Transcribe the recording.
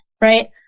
right